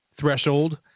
threshold